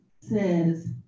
says